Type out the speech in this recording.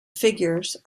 figures